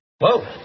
Whoa